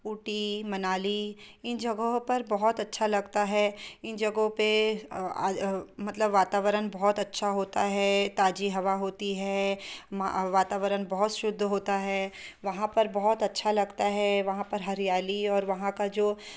ऊटी मनाली इन जगहों पर बहुत अच्छा लगता है इन जगहों पर मतलब वातावरण बहुत अच्छा होता है ताज़ी हवा होती है मा वातावरण बहुत शुद्ध होता है वहाँ पर बहुत अच्छा लगता है वहाँ पर हरियाली और वहाँ का जो